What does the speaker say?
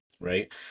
right